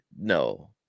No